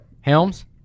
Helms